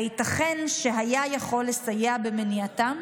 הייתכן שהיה יכול לסייע במניעתם?